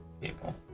people